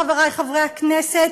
חברי חברי הכנסת,